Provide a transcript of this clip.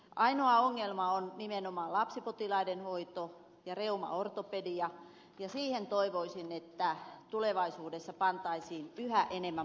ainoita ongelmia ovat nimenomaan lapsipotilaiden hoito ja reumaortopedia ja toivoisin että niihin tulevaisuudessa pantaisiin yhä enemmän panoksia